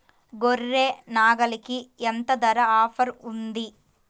గొర్రె, నాగలికి ఎంత ధర ఆఫర్ ఉంది?